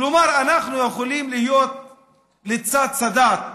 כלומר, אנחנו יכולים להיות לצד סאדאת,